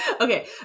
okay